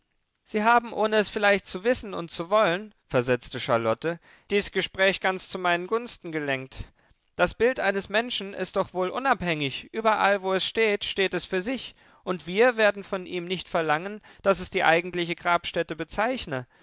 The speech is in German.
sie haben ohne es vielleicht zu wissen und zu wollen versetzte charlotte dies gespräch ganz zu meinen gunsten gelenkt das bild eines menschen ist doch wohl unabhängig überall wo es steht steht es für sich und wir werden von ihm nicht verlangen daß es die eigentliche grabstätte bezeichne